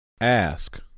Ask